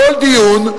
כל דיון,